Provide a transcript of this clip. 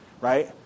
right